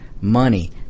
money